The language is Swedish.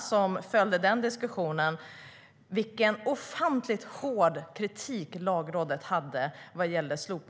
som följde diskussionen om slopande av vårdvalet vet vilken ofantligt hård kritik Lagrådet hade då.